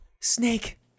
Snake